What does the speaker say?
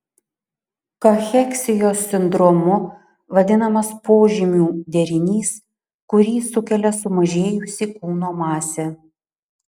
kacheksijos sindromu vadinamas požymių derinys kurį sukelia sumažėjusi kūno masė